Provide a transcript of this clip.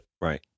right